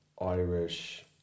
Irish